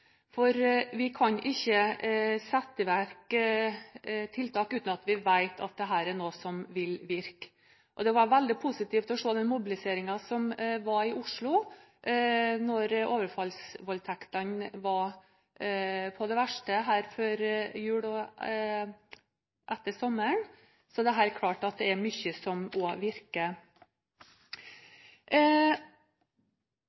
Vi kan ikke sette i verk tiltak uten at vi vet at dette er noe som vil virke. Det var veldig positivt å se den mobiliseringen som var i Oslo da overfallsvoldtektene var på det verste, før jul og etter sommeren. Det er klart at det er mye som